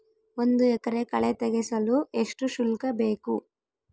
ಒಂದು ಎಕರೆ ಕಳೆ ತೆಗೆಸಲು ಎಷ್ಟು ಶುಲ್ಕ ಬೇಕು?